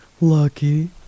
Lucky